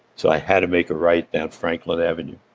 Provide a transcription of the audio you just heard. so i had to make a right down franklin avenue